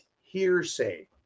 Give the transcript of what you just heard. hearsay